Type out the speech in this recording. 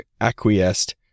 acquiesced